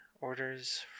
orders